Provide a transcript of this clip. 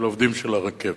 של העובדים של הרכבת.